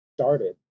started